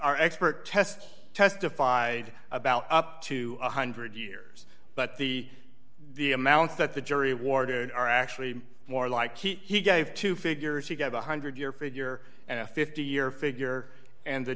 our expert tests testified about up to one hundred years but the the amounts that the jury awarded are actually more like he gave two figures he got one hundred year figure and a fifty year figure and the